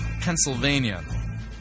pennsylvania